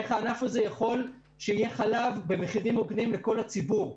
איך הענף הזה יכול שיהיה חלב במחירים הוגנים לכל הציבור.